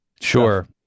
sure